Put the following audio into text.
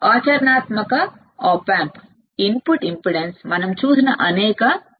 ఆచరణాత్మక op amp input impedance అనేక 1000 లు